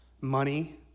money